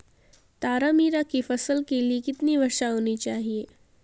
तारामीरा की फसल के लिए कितनी वर्षा होनी चाहिए?